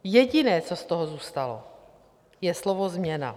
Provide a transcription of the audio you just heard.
Jediné, co z toho zůstalo, je slovo změna.